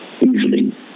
usually